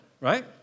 right